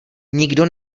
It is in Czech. nikdo